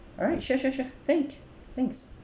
alright sure sure sure thank thanks